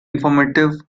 informative